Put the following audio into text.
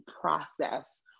process